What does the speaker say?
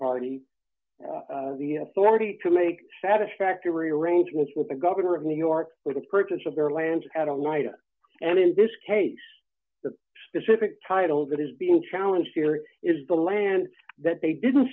party the authority to make satisfactory arrangements with the governor of new york for the purchase of their land at a light and in this case a specific title that is being challenged here is the land that they didn't